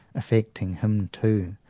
affecting him too,